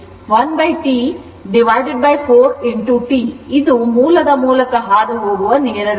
T 4 T ಇದು ಮೂಲದ ಮೂಲಕ ಹಾದುಹೋಗುವ ನೇರ ರೇಖೆ